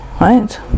right